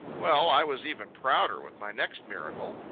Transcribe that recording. well, i was even prouder with my next miracle.